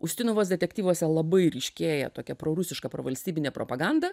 ustinovos detektyvuose labai ryškėja tokia prorusiška provalstybinė propaganda